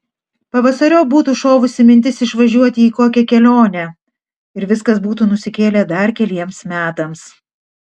pavasariop būtų šovusi mintis išvažiuoti į kokią kelionę ir viskas būtų nusikėlę dar keliems metams